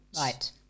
right